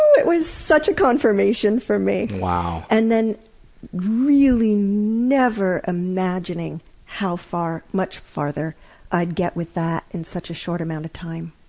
it was such a confirmation for me! wow. and then really never imagining how much farther i'd get with that in such a short amount of time.